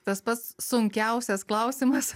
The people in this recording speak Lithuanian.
tas pats sunkiausias klausimas